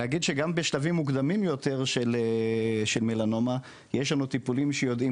אני אגיד שגם בשלבים מוקדמים יותר של מלנומה יש לנו טיפולים שיודעים